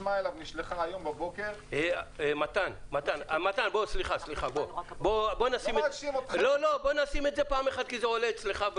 הסיסמה אליו נשלחה היום בבוקר --- בוא נשים את זה פעם אחת,